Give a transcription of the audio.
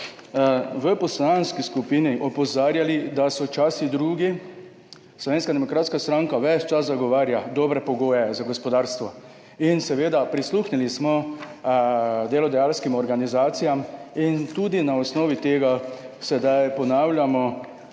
v poslanski skupini opozarjali, da so časi drugi. Slovenska demokratska stranka ves čas zagovarja dobre pogoje za gospodarstvo in seveda smo prisluhnili delodajalskim organizacijam in tudi na osnovi tega sedaj ponavljamo,